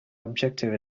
objective